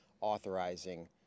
authorizing